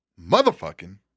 motherfucking